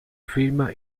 film